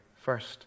First